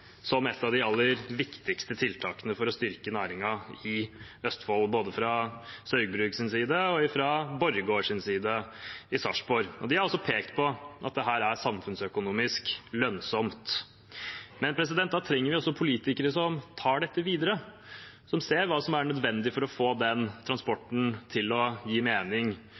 som et av de aller viktigste tiltakene for å styrke næringen i Østfold. Både fra Saugbrugs’ side og fra Borregaards side i Sarpsborg har de pekt på at dette er samfunnsøkonomisk lønnsomt. Men da trenger vi politikere som tar dette videre, som ser hva som er nødvendig for å få denne transporten til å gi mening